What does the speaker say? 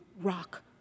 rock